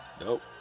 Nope